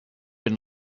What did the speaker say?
been